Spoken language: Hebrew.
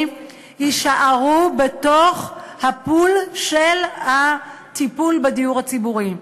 יישארו בתוך הפול של הטיפול בדיור הציבורי,